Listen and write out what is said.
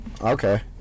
Okay